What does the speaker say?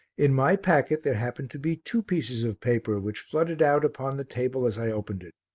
in my packet there happened to be two pieces of paper which fluttered out upon the table as i opened it.